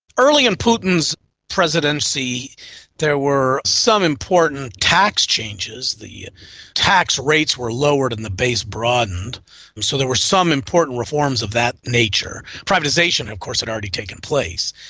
early in putin's presidency there were some important tax changes. the tax rates were lowered and the base broadened, and so there were some important reforms of that nature. privatisation of course had already taken place.